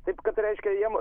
taip kad reiškia jiem